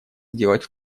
сделать